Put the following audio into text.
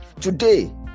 today